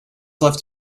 left